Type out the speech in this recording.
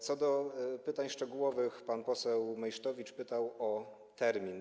Co do pytań szczegółowych, to pan poseł Meysztowicz pytał o termin.